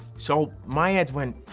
so my head went,